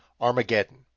Armageddon